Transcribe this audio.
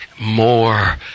more